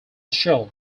shell